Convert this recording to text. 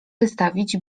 wystawić